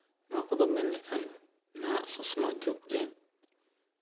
ᱱᱚᱣᱟ ᱠᱚᱫᱚ ᱢᱮᱱᱞᱮᱠᱷᱟᱱ ᱱᱟᱦᱟᱜ ᱥᱚᱥᱱᱚᱜ ᱡᱩᱜᱽᱨᱮ